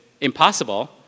impossible